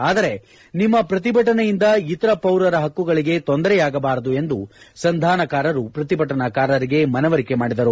ಆದರೆ ನಿಮ್ಮ ಪ್ರತಿಭಟನೆಯಿಂದ ಇತರ ಪೌರರ ಹಕ್ಕುಗಳಿಗೆ ತೊಂದರೆ ಆಗಬಾರದು ಎಂದು ಸಂಧಾನಕಾರರು ಪ್ರತಿಭಟನಾಕಾರರಿಗೆ ಮನವರಿಕೆ ಮಾಡಿದರು